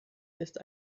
ist